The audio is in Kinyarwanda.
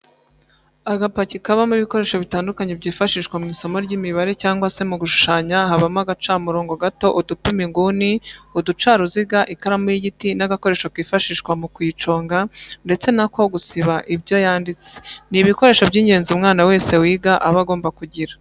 Agapaki kabamo ibikoresho bitandukanye byifashishwa mu isomo ry'imibare cyangwa se mu gushushanya habamo agacamurongo gato, udupima inguni, uducaruziga, ikaramu y'igiti n'agakoresho kifashishwa mu kuyiconga ndetse n'ako gusiba ibyo yanditse, ni ibikoresho by'ingenzi umwana wese wiga aba agomba kugira.